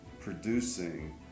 producing